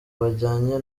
bajyanye